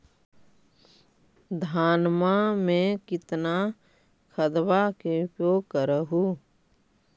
धानमा मे कितना खदबा के उपयोग कर हू?